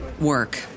work